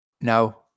No